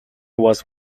was